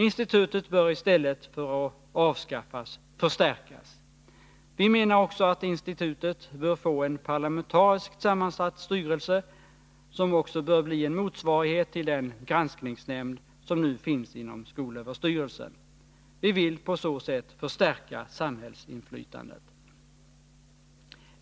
Institutet bör i stället för att avskaffas förstärkas. Vi menar också att institutet bör få en parlamentariskt sammansatt styrelse, som även bör bli en motsvarighet till den granskningsnämnd som nu finns inom skolöverstyrelsen. Vi vill på så sätt förstärka samhällsinflytandet.